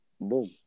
boom